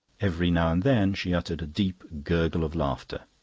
every now and then she uttered a deep gurgle of laughter.